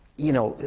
you know.